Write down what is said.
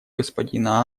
господина